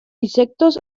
insectos